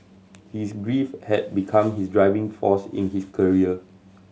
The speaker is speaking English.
his grief had become his driving force in his career